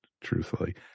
truthfully